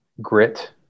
grit